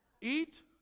Eat